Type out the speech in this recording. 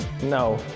No